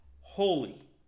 Holy